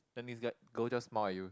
then this guy girl just smile at you